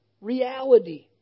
reality